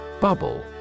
Bubble